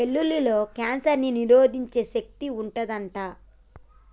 వెల్లుల్లిలో కాన్సర్ ని నిరోధించే శక్తి వుంటది అంట